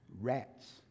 rats